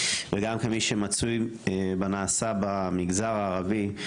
וגם כן מי שמצוי בנעשה במגזר הערבי,